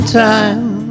time